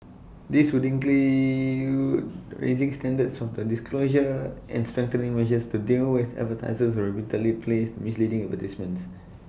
this would raising standards of disclosure and strengthening measures to deal with advertisers who repeatedly place misleading advertisements